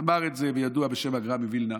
אמר את זה מי שידוע בשם הגר"א מווילנא,